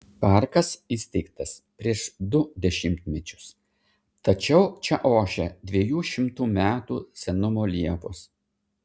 parkas įsteigtas prieš du dešimtmečius tačiau čia ošia dviejų šimtų metų senumo liepos